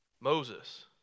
Moses